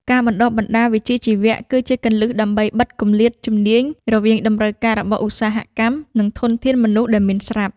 ការបណ្តុះបណ្តាលវិជ្ជាជីវៈគឺជាគន្លឹះដើម្បីបិទគម្លាតជំនាញរវាងតម្រូវការរបស់ឧស្សាហកម្មនិងធនធានមនុស្សដែលមានស្រាប់។